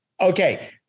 Okay